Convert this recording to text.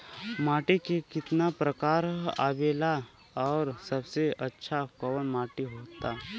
माटी के कितना प्रकार आवेला और सबसे अच्छा कवन माटी होता?